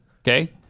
Okay